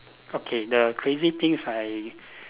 okay the crazy things I